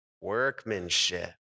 workmanship